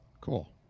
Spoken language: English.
Cool